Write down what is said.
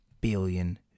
billion